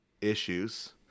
issues